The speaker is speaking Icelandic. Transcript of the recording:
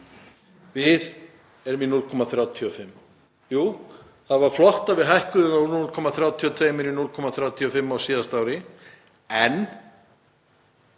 Við erum í 0,35%. Jú, það var flott að við hækkuðum það úr 0,32% í 0,35% á síðasta ári en